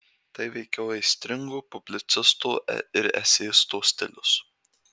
tai veikiau aistringo publicisto ir eseisto stilius